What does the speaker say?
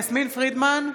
יסמין פרידמן,